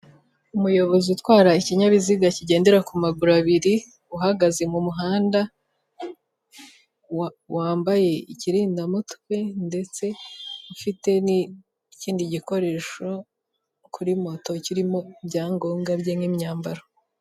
Umuyobozi utwara ikinyabiziga kigendera ku maguru abiri uhagaze mu muhanda, wambaye ikirindamutwe ndetse ufite n'ikindi gikoresho kuri moto kirimo ibyangobwa bye nk'imyambaro.